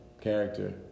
character